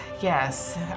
Yes